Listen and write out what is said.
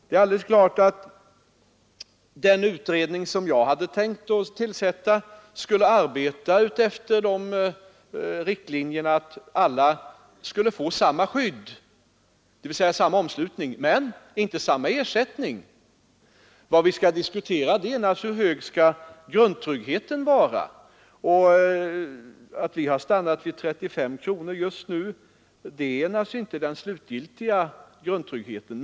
Det är klart att den utredning som jag hade tänkt tillsätta skulle arbeta utefter riktlinjen att alla skulle få samma skydd, dvs. samma omslutning, men inte samma ersättning. Vad vi skall diskutera är naturligtvis hur hög grundtryggheten skall vara. Att vi har stannat vid 35 kronor innebär naturligtvis inte att detta är den slutgiltiga grundtryggheten.